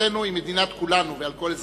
מדינתנו היא מדינת כולנו על כל אזרחינו.